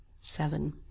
seven